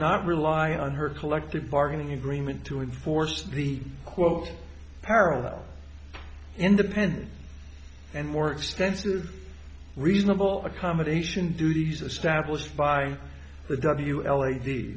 not rely on her collective bargaining agreement to enforce the quote parallel independent and more extensive reasonable accommodation duties established by the w l a